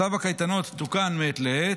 צו הקייטנות תוקן מעת לעת,